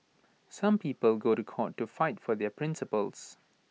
some people go to court to fight for their principles